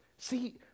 See